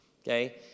Okay